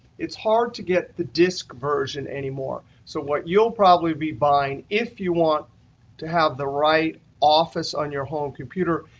it's hard to get the disk version anymore. so what you'll probably be buying, if you want to have the right office on your home computer,